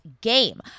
game